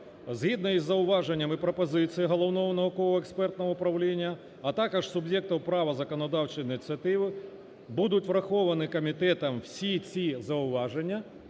згідно із зауваженнями пропозицій Головного науково-експертного управління, а також суб'єктів права законодавчої ініціативи будуть враховані комітетом всі ці зауваження,